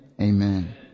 amen